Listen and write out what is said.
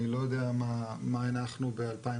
אני לא יודע מה הנחנו ב-2015,